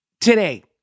today